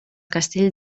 castell